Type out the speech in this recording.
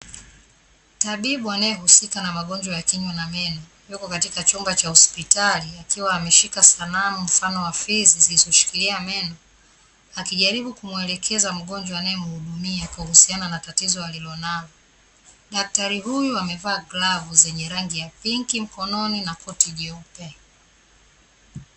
Tabibu anayehusika na magonjwa ya kinywa na meno, yuko katika chumba cha hospitali akiwa ameshika sanamu mfano wa fizi zilizoshikilia meno, akijaribu kumuelekeza mgonjwa anayemuhudumia kuhusiana na tatizo alilonalo, daktari huyu amevaa glavu zenye rangi ya pinki mkononi, na koti jeupe.